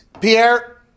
Pierre